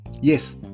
Yes